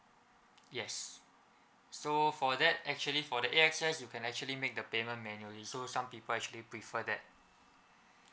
yes so for that actually for the A_X_S you can actually make the payment manually so some people actually prefer that